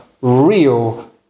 real